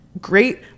great